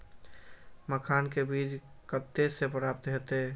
मखान के बीज कते से प्राप्त हैते?